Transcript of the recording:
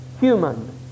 human